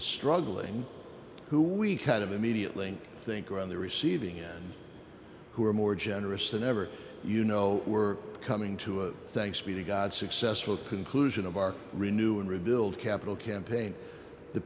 struggling who we kind of immediately think are on the receiving end who are more generous than ever you know we're coming to a thanks be to god successful conclusion of our renew and rebuild capital campaign the